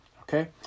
Okay